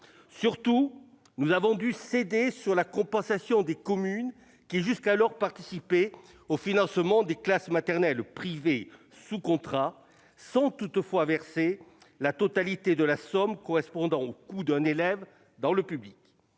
surtout, nous avons dû céder sur la compensation des communes qui jusqu'alors participaient au financement des classes maternelles privées sous contrat, sans toutefois verser la totalité de la somme correspondant au coût d'un élève dans le public.